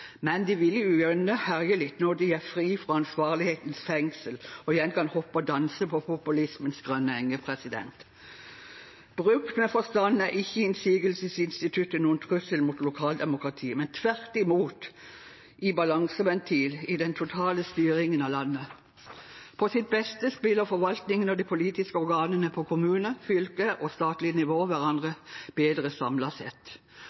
Men de vil jo gjerne herje litt når de er fri fra ansvarlighetens fengsel og igjen kan hoppe og danse på populismens grønne enger. Brukt med forstand er ikke innsigelsesinstituttet noen trussel mot lokaldemokratiet, men tvert imot en balanseventil i den totale styringen av landet. På sitt beste spiller forvaltningen og de politiske organene på kommune-, fylke- og statlig nivå hverandre bedre samlet sett.